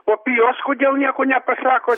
o apie juos kodėl nieko nepasakot